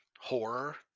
horror